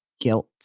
guilt